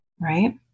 right